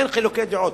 אין חילוקי דעות.